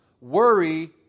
worry